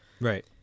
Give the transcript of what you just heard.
Right